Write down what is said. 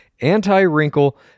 anti-wrinkle